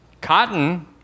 cotton